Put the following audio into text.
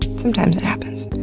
sometimes it happens.